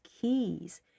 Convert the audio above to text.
keys